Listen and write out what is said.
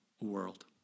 world